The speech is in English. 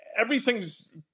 everything's